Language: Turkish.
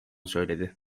söyledi